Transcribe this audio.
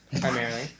primarily